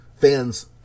fans